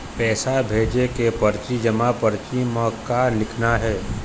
पैसा भेजे के परची जमा परची म का लिखना हे?